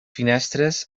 finestres